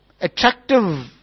attractive